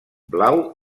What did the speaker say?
blau